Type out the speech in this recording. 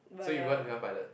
so you want to become pilot